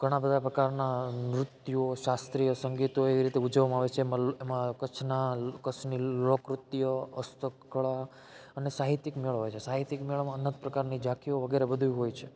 ઘણાં બધા પ્રકારનાં નૃત્યો શાસ્ત્રીય સંગીત હોય એવી રીતે ઉજવવામાં આવે છે એમાં કચ્છના કચ્છની લોકકૃતિઓ હસ્ત કળા અને સાહિત્યિક મેળો હોય છે સાહિત્યિક મેળામાં અનહદ પ્રકારની ઝાંખીઓ વગેરે બધું હોય છે